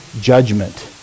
judgment